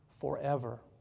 forever